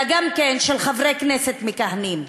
אלא גם של חברי כנסת מכהנים.